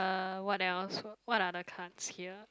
uh what else what what are the cards here